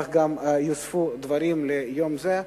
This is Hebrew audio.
יוספו דברים ליום זה.